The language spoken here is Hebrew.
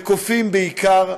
בקופים בעיקר,